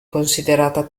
considerata